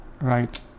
Right